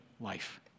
life